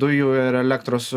dujų ir elektros